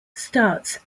starts